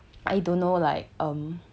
I don't know like um